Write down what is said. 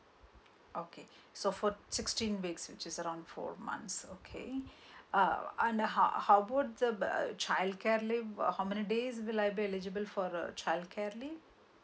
okay so for sixteen weeks which is around four months okay uh and uh how about the child care leave how many days will I be eligible for the childcare leave